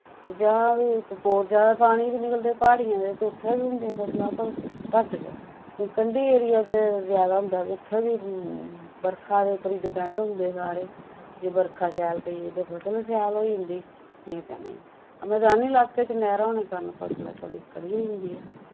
ते जां फ्ही इक कोरजा दा पानी वी निकलदे प्हाड़ियें दे ते उत्थैं वी होंदी फसलां पर घट्ट गै इ'यां कंडी एरिया च जैदा होदा उत्थै वी बरखा दे उप्पर ही डिपैंड होंदे सारे जे बरखा शैल पेई ते फसल शैल होई जंदी निं ते नेईं मैदानी लाक्के च नैह्रां होना कारण फसल थोह्ड़ी खरी होई जंदी ऐ